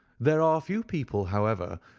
there are few people, however,